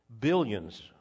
Billions